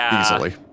easily